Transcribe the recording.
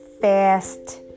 fast